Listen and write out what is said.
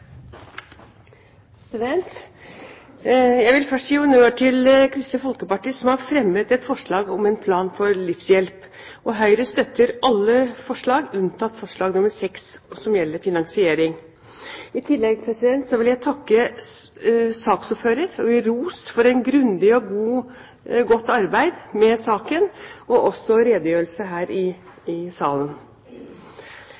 Jeg vil først gi honnør til Kristelig Folkeparti som har fremmet et forslag om en plan for livshjelp. Høyre støtter alle forslag unntatt forslag nr. 6, som gjelder finansiering. I tillegg vil jeg takke saksordføreren og gi ros for et grundig og godt arbeid med saken, og også for redegjørelsen her i